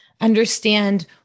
understand